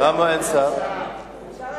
להצביע,